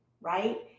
right